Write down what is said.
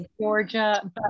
georgia